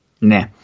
Nah